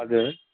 हजुर